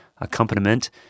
accompaniment